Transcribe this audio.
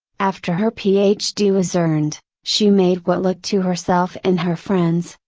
after her ph d. was earned, she made what looked to herself and her friends,